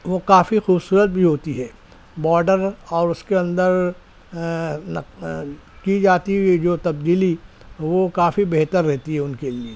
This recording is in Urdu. وہ کافی خوبصورت بھی ہوتی ہیں باڈر اور اس کے اندر نق کی جاتی ہوئی جو تبدیلی وہ کافی بہتر رہتی ہے ان کے لیے